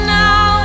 now